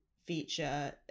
feature